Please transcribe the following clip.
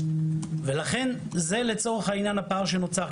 לכן זה לצורך העניין הפער שנוצר.